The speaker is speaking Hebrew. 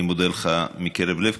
אני מודה לך מקרב לב,